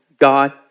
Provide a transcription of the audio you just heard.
God